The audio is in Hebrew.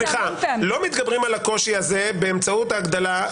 סליחה לא מתגברים על הקושי הזה באמצעות ההגדלה.